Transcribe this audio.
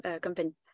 company